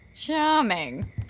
Charming